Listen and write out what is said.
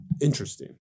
interesting